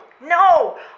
no